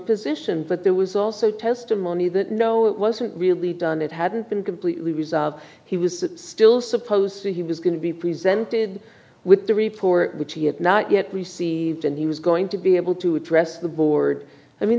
position but there was also testimony that no it wasn't really done it hadn't been completely resolved he was still supposed to he was going to be presented with the report which he had not yet received and he was going to be able to address the board i mean